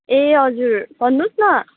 ए हजुर भन्नुहोस् न